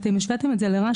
אתם השוויתם את זה לרשל"א,